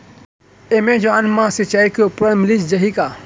Amazon मा सिंचाई के उपकरण मिलिस जाही का?